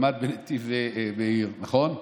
למד בנתיב מאיר, נכון?